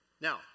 Now